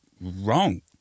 wrong